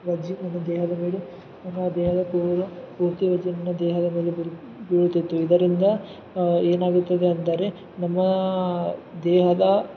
ವಜ್ಜಿ ನಮ್ಮ ದೇಹದ ಮೇಲೆ ನಮ್ಮ ದೇಹದ ಪೂರ್ತಿ ವಜ್ಜನ್ನು ದೇಹದ ಮೇಲೆ ಬೀಳು ಬೀಲುತಿತ್ತು ಇದರಿಂದ ಏನಾಗುತ್ತದೆ ಅಂದರೆ ನಮ್ಮ ದೇಹದ